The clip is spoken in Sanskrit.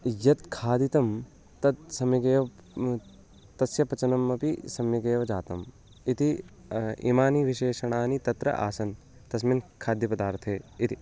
यत् खादितं तत् सम्यगेव तस्य पचनम् अपि सम्यगेव जातम् इति इमानि विशेषणानि तत्र आसन् तस्मिन् खाद्यपदार्थे इति